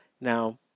Now